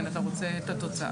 כן, אתה רוצה את התוצאה.